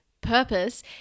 purpose